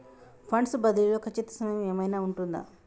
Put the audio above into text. Funds బదిలీ లో ఖచ్చిత సమయం ఏమైనా ఉంటుందా?